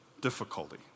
difficulty